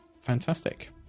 fantastic